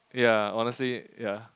yeah honestly yeah